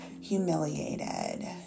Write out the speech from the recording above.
humiliated